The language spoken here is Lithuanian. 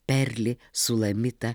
perlį sulamitą